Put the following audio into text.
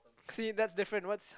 see that's different what's